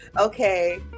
Okay